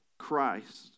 Christ